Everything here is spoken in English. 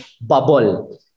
bubble